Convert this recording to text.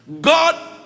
God